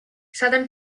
southern